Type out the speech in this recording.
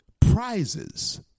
prizes